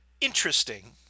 interesting